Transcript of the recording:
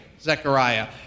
Zechariah